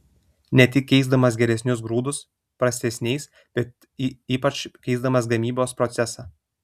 ne tik keisdamas geresnius grūdus prastesniais bet ypač keisdamas gamybos procesą